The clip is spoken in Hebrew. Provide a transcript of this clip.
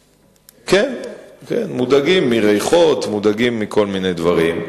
כן, הם מודאגים מריחות וכל מיני דברים.